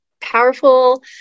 powerful